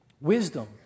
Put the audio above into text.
Wisdom